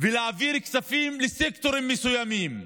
ולהעביר כספים לסקטורים מסוימים,